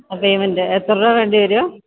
അ payment എത്ര രൂപ വേണ്ടി വരും